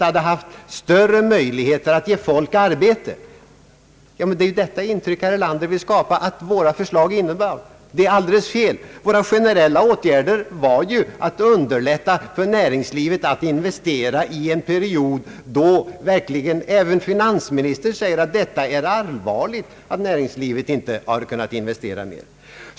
Herr Erlander vill skapa intrycket att våra förslag innebar detta. Det är fel. Våra generella åtgärder innebar att man skulle underlätta för näringslivet att investera i en period, då även finansministern erkände att det var allvarligt att näringslivet inte kunde investera mera.